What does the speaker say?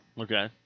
Okay